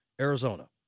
Arizona